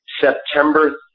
September